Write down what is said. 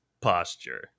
posture